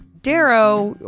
darrow,